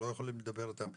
לא יכולים לדבר איתם,